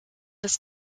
des